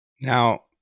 Now